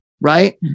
Right